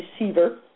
receiver